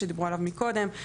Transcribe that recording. שדיברו עליו מקודם,